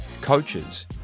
coaches